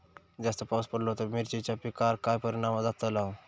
जास्त पाऊस पडलो तर मिरचीच्या पिकार काय परणाम जतालो?